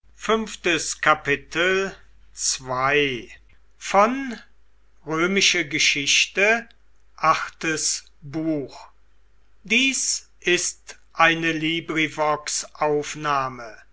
sind ist eine